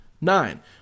nine